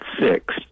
six